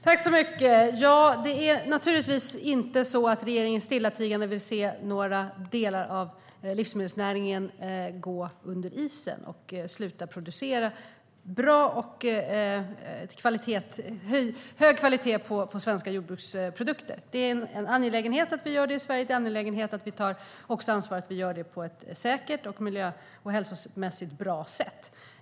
Fru talman! Det är naturligtvis inte så att regeringen stillatigande vill se några delar av livsmedelsnäringen gå under isen och sluta producera svenska jordbruksprodukter med hög kvalitet. Det är angeläget att vi gör det i Sverige, och det är angeläget att vi tar ansvaret att göra det på ett säkert och miljö och hälsomässigt bra sätt.